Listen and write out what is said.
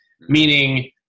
meaning